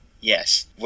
yes